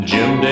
Jim